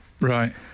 Right